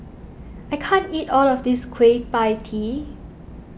I can't eat all of this Kueh Pie Tee